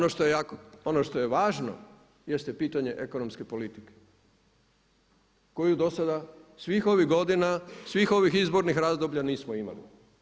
Ono što je važno jeste pitanje ekonomske politike koju do sada svih ovih godina, svih ovih izbornih razdoblja nismo imali.